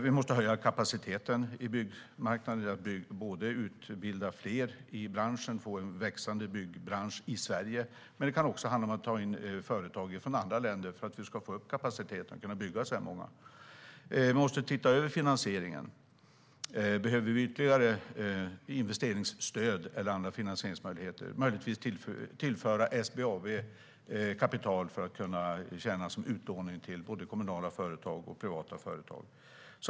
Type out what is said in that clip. Vi måste höja kapaciteten på byggmarknaden. Det gäller att utbilda fler i branschen och få en växande byggbransch i Sverige. Det kan också handla om att ta in företag från andra länder för att vi ska få upp kapaciteten och kunna bygga så mycket. Vi måste titta över finansieringen. Behöver vi ytterligare investeringsstöd eller andra finansieringsmöjligheter? Vi kan möjligtvis tillföra SBAB kapital för att kunna tjäna som utlåning till både kommunala företag och privata företag.